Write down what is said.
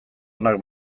onak